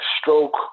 stroke